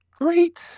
great